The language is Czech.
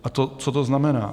A co to znamená?